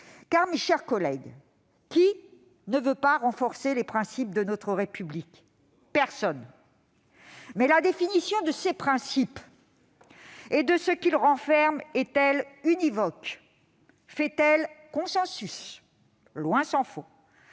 Car, mes chers collègues, qui ne veut pas renforcer les principes de notre République ? Personne ! Mais la définition de ces principes et de ce qu'ils renferment est-elle univoque ? Fait-elle consensus ? Loin de là